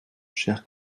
chers